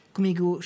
Comigo